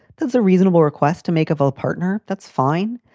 that's a reasonable request to make of a partner. that's fine.